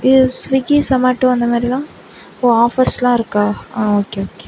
இது ஸ்விகி சொமேட்டோ அந்தமாதிரிலாம் ஓ ஆஃபர்ஸ்லாம் இருக்கா ஆ ஓகே ஓகே